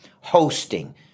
hosting